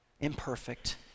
imperfect